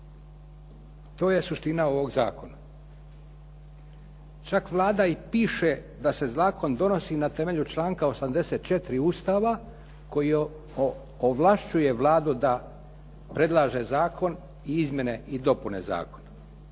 To je suština ovoga zakona. Čak Vlada i piše da se zakon donosi na temelju članka 84. Ustava koji ovlašćuje Vladu da predlaže zakon i izmjene i dopune zakona.